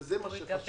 וזה מה שחשוב.